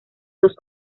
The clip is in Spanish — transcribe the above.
dos